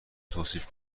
توصیف